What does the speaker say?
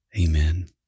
Amen